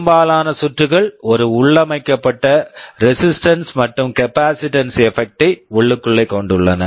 பெரும்பாலான சுற்றுகள் ஒரு உள்ளமைக்கப்பட்ட ரெசிஸ்டன்ஸ் resistance மற்றும் கப்பாசிட்டன்ஸ் எபக்ட் capacitance effect ஐ உள்ளுக்குள்ளே கொண்டுள்ளன